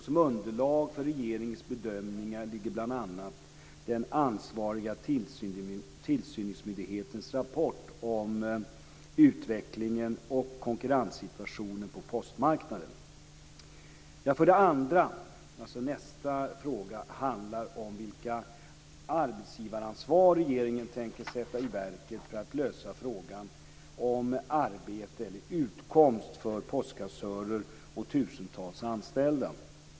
Som underlag för regeringens bedömning ligger bl.a. den ansvariga tillsynsmyndighetens rapport om utvecklingen och konkurrenssituationen på postmarknaden. Nästa fråga handlar om vilket arbetsgivaransvar regeringen tänker sätta i verket för att lösa frågan om arbete eller utkomst för postkassörer och tusentals anställda.